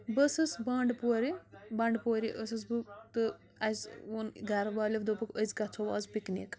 بہٕ ٲسٕس بانٛڈٕ پورِِ بانٛڈٕپورِ ٲسٕس بہٕ تہٕ اَسہِ ووٚن گرٕ وال۪و دوٚپُکھ أسۍ گژھو آز پِکنِک